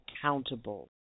accountable